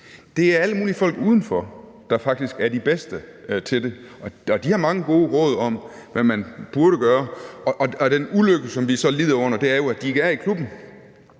Det er alle mulige folk udenfor, der faktisk er de bedste til det. Og de har mange gode råd om, hvad man burde gøre. Den ulykke, som vi så lider under, er jo, at de ikke er i klubben.